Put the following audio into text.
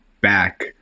back